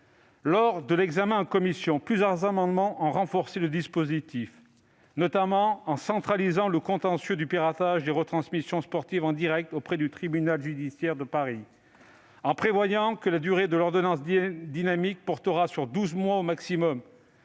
Lors de l'examen en commission, plusieurs amendements sont venus renforcer le dispositif initial, notamment en centralisant le contentieux du piratage des retransmissions sportives en direct auprès du tribunal judiciaire de Paris. En prévoyant que la durée de l'ordonnance dynamique portera sur douze mois au maximum,